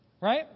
right